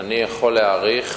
אני יכול להעריך,